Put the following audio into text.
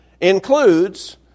includes